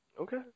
Okay